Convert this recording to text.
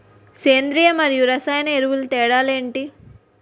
సేంద్రీయ మరియు రసాయన ఎరువుల తేడా లు ఏంటి?